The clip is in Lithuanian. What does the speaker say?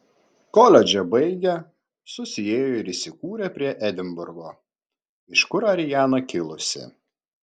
koledžą baigę susiėjo ir įsikūrė prie edinburgo iš kur ariana kilusi